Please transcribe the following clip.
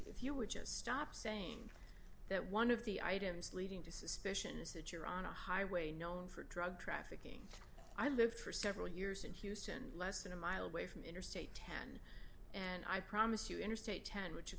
if you would just stop saying that one of the items leading to suspicion is that you're on a highway known for drug trafficking i lived for several years in houston less than a mile away from interstate ten and i promise you interstate ten which